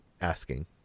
asking